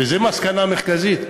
וזאת מסקנה מרכזית,